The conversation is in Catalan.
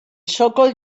sòcol